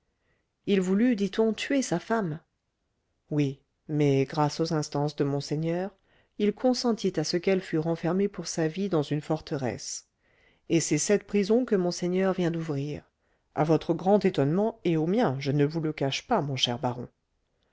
il voulut dit-on tuer sa femme oui mais grâce aux instances de monseigneur il consentit à ce qu'elle fût renfermée pour sa vie dans une forteresse et c'est cette prison que monseigneur vient d'ouvrir à votre grand étonnement et au mien je ne vous le cache pas mon cher baron